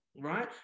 right